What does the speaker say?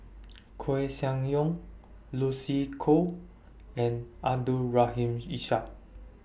Koeh Sia Yong Lucy Koh and Abdul Rahim Ishak